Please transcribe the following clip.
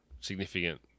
significant